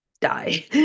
die